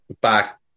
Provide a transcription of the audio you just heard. back